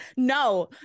no